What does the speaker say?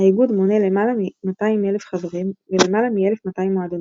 האיגוד מונה למעלה מ-200,000 חברים ולמעלה מ-1,200 מועדונים.